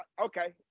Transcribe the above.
okay